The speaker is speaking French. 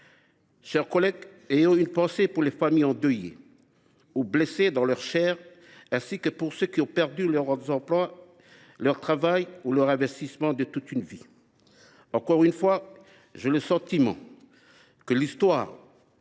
chers collègues, ayons une pensée pour les familles endeuillées et les personnes blessées dans leur chair, ainsi que pour ceux qui ont perdu leur emploi, leur travail ou l’investissement de toute une vie. Encore une fois, j’ai le sentiment que l’histoire,